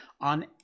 on